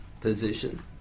position